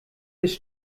ist